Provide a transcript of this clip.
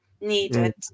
needed